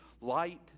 light